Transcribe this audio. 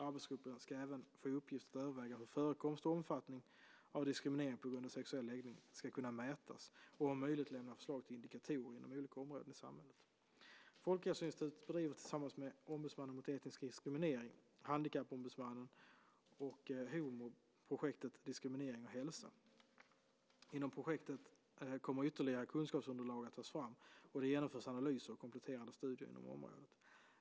Arbetsgruppen ska även få i uppgift att överväga hur förekomst och omfattning av diskriminering på grund av sexuell läggning ska kunna mätas och om möjligt lämna förslag till indikatorer inom olika områden i samhället. Folkhälsoinstitutet bedriver tillsammans med Ombudsmannen mot etnisk diskriminering, Handikappombudsmannen och HomO projektet Diskriminering och hälsa. Inom projektet kommer ytterligare kunskapsunderlag att tas fram, och det genomförs analyser och kompletterande studier inom området.